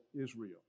Israel